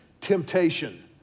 temptation